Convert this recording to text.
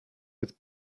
with